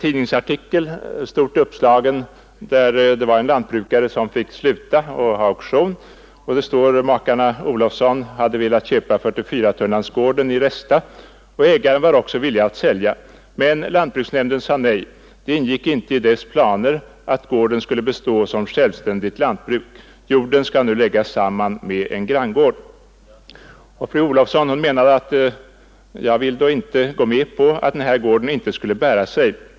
Jag har framför mig en stort uppslagen tidningsartikel från Örebro län där en lantbrukare varit tvungen att upphöra med sitt jordbruk och hålla auktion. I artikeln står att makarna Olofsson hade velat köpa 44-tunnlandsgården i Resta, och ägaren var också villig att sälja. Men lantbruksnämnden sade nej. Det ingick inte i dess planer att gården skulle bestå som självständigt lantbruk. Jorden skall nu läggas samman med en granngård. Fru Olofsson menar: ”Men jag vill då inte gå med på att den här gården inte skulle bära sig.